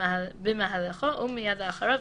במהלכו ומיד לאחריו,